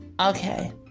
Okay